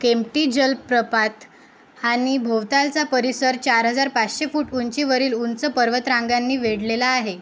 केम्टी जलप्रपात आणि भोवतालचा परिसर चार हजार पाचशे फूट उंचीवरील उंच पर्वतरांगांनी वेढलेला आहे